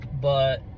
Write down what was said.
but-